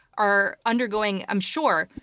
are undergoing, i'm sure,